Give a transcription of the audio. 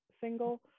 Single